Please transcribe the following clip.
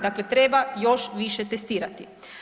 Dakle, treba još više testirati.